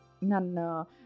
Nana